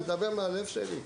אני מדבר מהלב שלי.